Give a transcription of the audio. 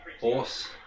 Horse